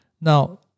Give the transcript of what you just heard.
Now